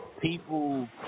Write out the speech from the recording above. people